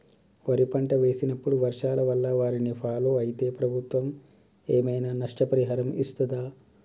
వరి పంట వేసినప్పుడు వర్షాల వల్ల వారిని ఫాలో అయితే ప్రభుత్వం ఏమైనా నష్టపరిహారం ఇస్తదా?